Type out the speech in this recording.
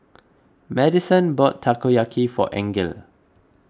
Madisen bought Takoyaki for Angele